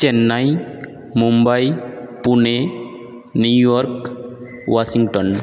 Chennai Mumbai Pune New York Washington